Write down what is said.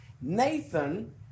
Nathan